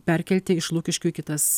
perkelti iš lukiškių į kitas